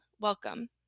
welcome